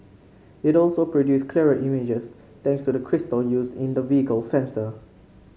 it also produce clearer images thanks to the crystal used in the vehicle's sensor